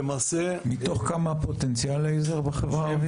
מתוך כמה פוטנציאל, לייזר, בחברה הערבית?